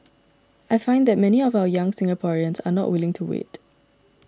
I find that many of our young Singaporeans are not willing to wait